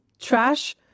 trash